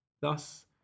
Thus